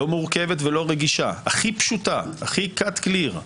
לא מורכבת ולא רגישה, הכי פשוטה הכי cut clear,